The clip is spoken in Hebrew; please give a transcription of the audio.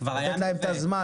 לתת להם את הזמן.